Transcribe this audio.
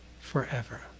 Forever